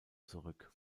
zurück